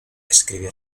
escribió